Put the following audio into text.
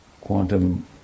quantum